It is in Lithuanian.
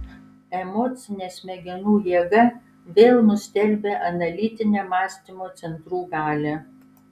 emocinė smegenų jėga vėl nustelbia analitinę mąstymo centrų galią